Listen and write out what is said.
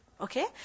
Okay